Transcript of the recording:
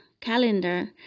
calendar